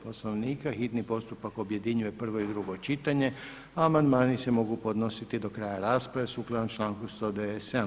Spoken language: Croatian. Poslovnika hitni postupka objedinjuje prvo i drugo čitanje a amandmani se mogu podnositi do kraja rasprave sukladno članku 197.